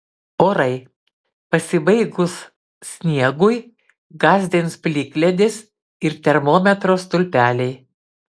orai pasibaigus sniegui gąsdins plikledis ir termometro stulpeliai